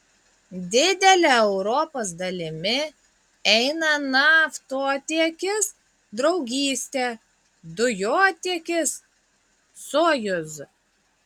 didele europos dalimi eina naftotiekis draugystė dujotiekis sojuz